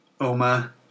Oma